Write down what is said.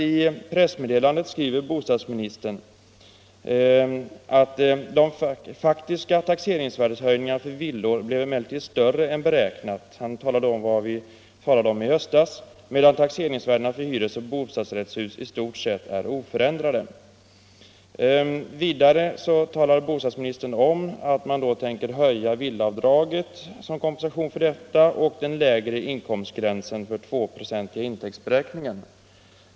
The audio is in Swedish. I pressmeddelandet skriver bostadsministern att de faktiska taxeringsvärdehöjningarna för villor blev större än beräknat — han talar då om vad vi utgick från i höstas — medan taxeringsvärdena för hyresoch bostadsrättshus i stort sett är oförändrade. Vidare talar bostadsministern om att man som kompensation för detta tänker höja villaavdraget och även den lägre inkomstgränsen för den 2-procentiga intäktsberäkningen.